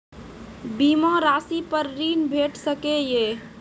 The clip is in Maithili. बीमा रासि पर ॠण भेट सकै ये?